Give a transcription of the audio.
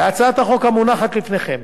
בהצעת החוק המונחת לפניכם